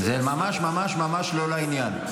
זה ממש ממש ממש לא לעניין.